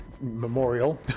memorial